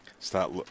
Start